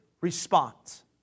response